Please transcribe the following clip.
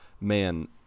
man